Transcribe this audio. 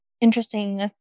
interesting